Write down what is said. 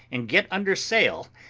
and get under sail,